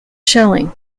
shelling